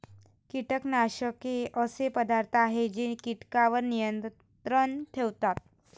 कीटकनाशके असे पदार्थ आहेत जे कीटकांवर नियंत्रण ठेवतात